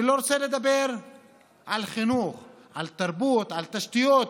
אני לא רוצה לדבר על חינוך, על תרבות, על תשתיות,